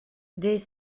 des